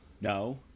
No